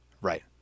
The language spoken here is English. Right